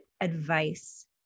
advice